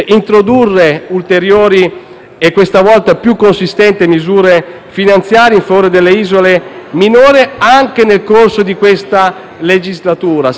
e questa volta più consistenti, misure finanziarie in favore delle isole minori, anche nel corso di questa legislatura. Noi saremo attenti e vigili.